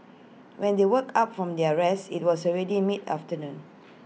when they woke up from their rest IT was already mid afternoon